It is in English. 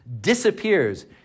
disappears